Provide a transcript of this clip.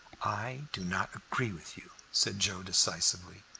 i do not agree with you, said joe decisively,